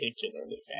particularly